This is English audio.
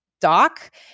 Doc